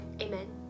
Amen